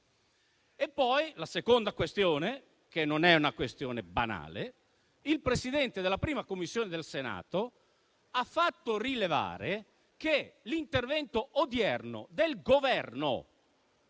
La seconda questione non è una questione banale. Il Presidente della 1a Commissione del Senato ha fatto rilevare che l'intervento odierno del Governo